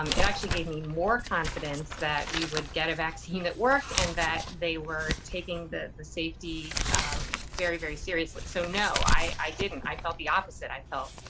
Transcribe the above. um it actually gave me more confidence that we would get a vaccine that worked, and that they were taking the the safety very, very seriously. so, no, i didn't. i felt the opposite. i felt,